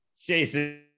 Jason